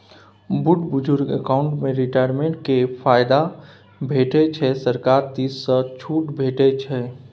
बुढ़ बुजुर्ग अकाउंट मे रिटायरमेंट केर फायदा भेटै छै सरकार दिस सँ छुट भेटै छै